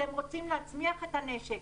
אתם רוצים להצמיח את המשק,